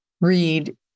read